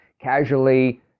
casually